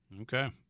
Okay